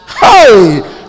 hey